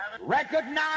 Recognize